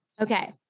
Okay